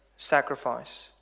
sacrifice